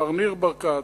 מר ניר ברקת,